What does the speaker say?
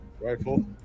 rifle